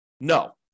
No